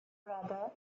brother